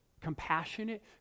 Compassionate